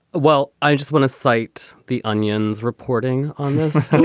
well i just want to slight the onion's reporting on